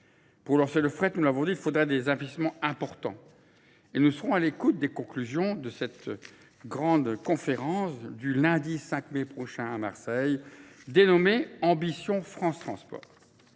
Pour relancer le fret, nous l'avons dit, il faudra des investissements importants. Et nous serons à l'écoute des conclusions de cette grande conférence du lundi 5 mai prochain à Marseille, dénommée Ambition France Transport.